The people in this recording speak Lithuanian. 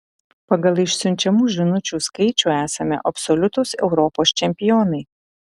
pagal išsiunčiamų žinučių skaičių esame absoliutūs europos čempionai